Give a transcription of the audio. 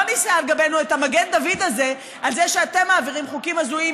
לא נישא על גבנו את המגן דוד הזה על זה שאתם מעבירים חוקים הזויים,